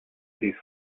piece